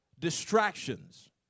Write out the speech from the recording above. distractions